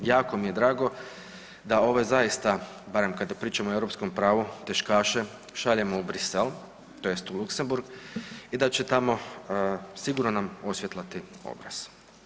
Jako mi je drago da ove zaista barem kada pričamo o europskom pravu teškaše šaljemo u Bruxelles tj. u Luxembourg i da će tamo sigurno nam osvjetlati obraz.